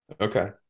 Okay